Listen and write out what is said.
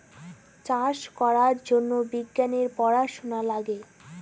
চাষ করার জন্য বিজ্ঞানের পড়াশোনা লাগে